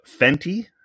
Fenty